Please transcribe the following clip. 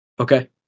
okay